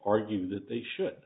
argue that they should